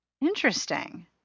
Interesting